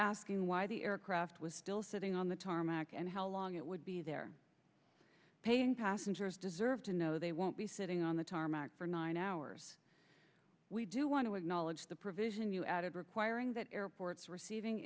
asking why the aircraft was still sitting on the tarmac and how long it would be there paying passengers deserve to know they won't be sitting on the tarmac for nine hours we do want to acknowledge the provision you added requiring that airports receiving